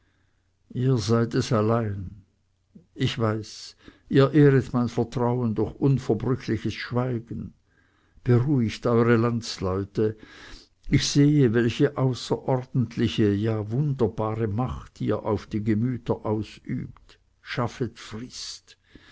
ihr seid es allein ich weiß ihr ehret mein vertrauen durch unverbrüchliches schweigen beruhigt eure landsleute ich sehe welche außerordentliche ja wunderbare macht ihr auf die gemüter ausübt schaffet frist